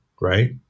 Right